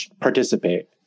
participate